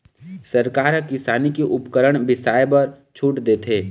सरकार ह किसानी के उपकरन बिसाए बर छूट देथे